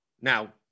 Now